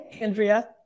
Andrea